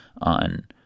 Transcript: on